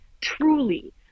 truly